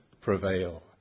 prevail